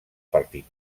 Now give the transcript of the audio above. partit